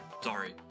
sorry